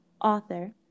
author